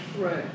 Right